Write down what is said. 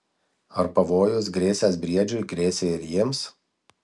ar pavojus grėsęs briedžiui grėsė ir jiems